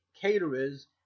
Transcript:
caterers